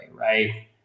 right